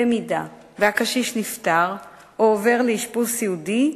אם הקשיש נפטר או עובר לאשפוז סיעודי,